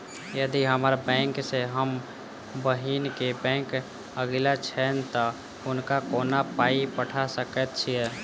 यदि हम्मर बैंक सँ हम बहिन केँ बैंक अगिला छैन तऽ हुनका कोना पाई पठा सकैत छीयैन?